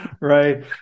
Right